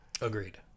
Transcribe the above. Agreed